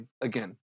again